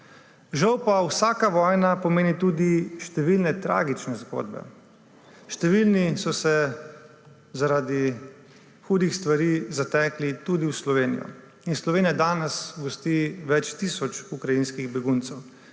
Žal pa vsaka vojna pomeni tudi številne tragične zgodbe. Številni so se zaradi hudih stvari zatekli tudi Slovenijo in Slovenija danes gosti več tisoč ukrajinskih beguncev.